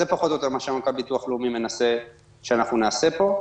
זה פחות או יותר מה שמנכ"ל ביטוח לאומי מנסה שאנחנו נעשה פה.